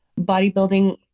bodybuilding